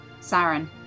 Saren